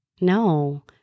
no